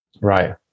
right